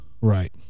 Right